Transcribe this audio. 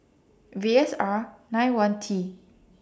V S R nine one T